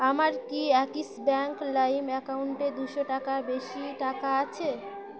আমার কি Axis bank লাইম অ্যাকাউন্টে দুশো টাকার বেশি টাকা আছে